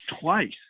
twice